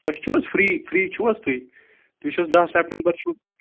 تۄہہِ چھُو حظ فرٛی فرٛی چھُو حظ تُہۍ تُہۍ چھُو حظ دَہ سٮ۪پٹَمبَر چھُو